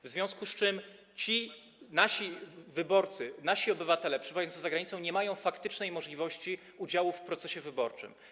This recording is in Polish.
W związku z tym ci nasi wyborcy, nasi obywatele przebywający za granicą nie mają faktycznej możliwości udziału w procesie wyborczym.